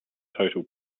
total